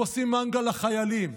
ועושים מנגל לחיילים.